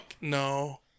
no